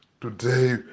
Today